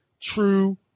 true